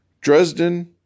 dresden